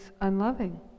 unloving